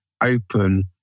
open